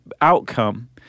outcome